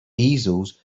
easels